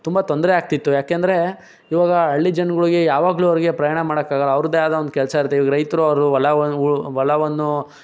ತುಂಬ ತೊಂದರೆ ಆಗ್ತಿತ್ತು ಯಾಕೆಂದರೆ ಇವಾಗ ಹಳ್ಳಿ ಜನ್ಗಳ್ಗೆ ಯಾವಾಗಲೂ ಅವ್ರಿಗೆ ಪ್ರಯಾಣ ಮಾಡೋಕ್ಕಾಗಲ್ಲ ಅವ್ರದೇ ಆದ ಒಂದು ಕೆಲಸ ಇರತ್ತೆ ರೈತರು ಅವರು ಹೊಲವನ್ನು ಹೂ ಹೊಲವನ್ನು